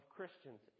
Christians